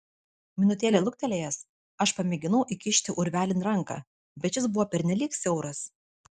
minutėlę luktelėjęs aš pamėginau įkišti urvelin ranką bet šis buvo pernelyg siauras